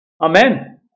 Amen